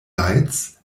lights